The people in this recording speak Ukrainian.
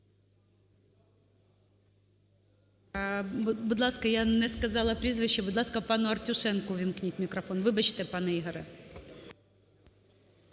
Будь ласка, я не сказала прізвище, будь ласка, пану Артюшенку ввімкніть мікрофон. Вибачте, пане Ігорю.